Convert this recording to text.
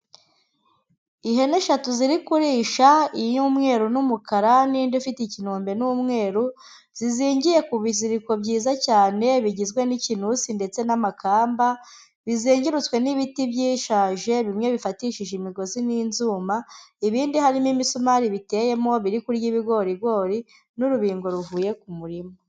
Ihene eshatu ziri kurisha iy'umweru n'umukara n'indi ifite ikinombe n'umweru, zizingiye ku biziriko byiza cyane bigizwe n'ikinusi ndetse n'amakamba, bizengurutswe n'ibiti byishaje bimwe bifatishije imigozi n'inzuma, ibindi harimo imisumari biteyemo biri kurya ibigorigori n'urubingo ruvuye ku murima.